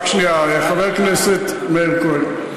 גרעינים תורניים, רק שנייה, חבר הכנסת מאיר כהן.